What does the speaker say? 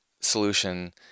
solution